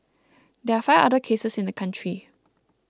there are five other cases in the country